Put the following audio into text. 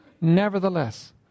Nevertheless